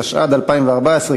התשע"ד 2014,